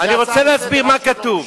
אני רוצה להסביר מה כתוב.